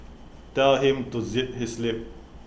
tell him to zip his lip